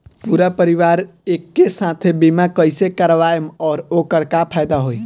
पूरा परिवार के एके साथे बीमा कईसे करवाएम और ओकर का फायदा होई?